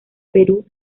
perú